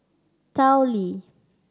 Tao Li